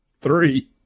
three